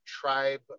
tribe